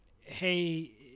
hey